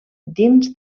dins